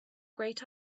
great